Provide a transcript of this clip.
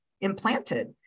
implanted